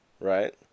right